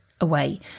away